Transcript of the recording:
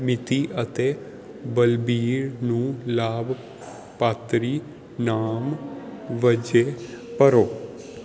ਮਿਤੀ ਅਤੇ ਬਲਵੀਰ ਨੂੰ ਲਾਭਪਾਤਰੀ ਨਾਮ ਵਜੋਂ ਭਰੋ